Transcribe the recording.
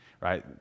right